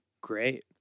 Great